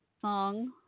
Song